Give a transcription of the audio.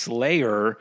Slayer